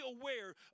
aware